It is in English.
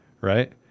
right